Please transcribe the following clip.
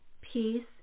peace